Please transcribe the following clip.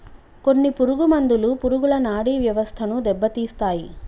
కొన్ని పురుగు మందులు పురుగుల నాడీ వ్యవస్థను దెబ్బతీస్తాయి